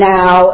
Now